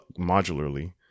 modularly